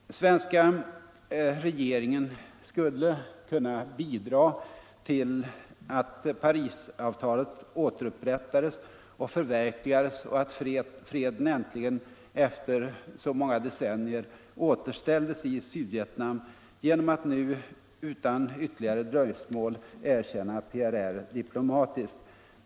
Den svenska regeringen skulle kunna bidra till att Parisavtalet återupprättades och förverkligades och att freden äntligen efter så många decennier återställdes i Sydvietnam genom att nu utan ytterligare dröjsmål erkänna PRR diplomatiskt.